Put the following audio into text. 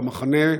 "במחנה",